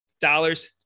dollars